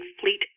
fleet